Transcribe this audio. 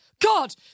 God